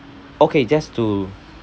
okay just to